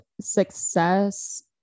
success